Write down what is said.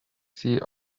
sie